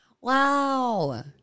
Wow